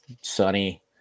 Sunny